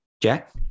jack